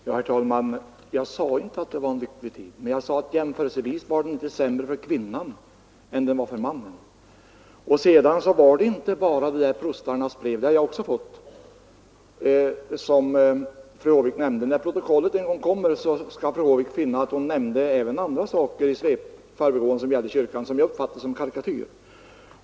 Herr talman! Jag sade inte att det var en lycklig tid, men jag sade att jämförelsevis var den tiden inte sämre för kvinnan än för mannen. Sedan var det inte bara det där prostbrevet — det har jag också fått — som fru Håvik nämnde. När protokollet en gång kommer skall fru Håvik där finna att hon i förbigående nämnde även andra saker som gällde kyrkan och som jag uppfattade som en karikatyr.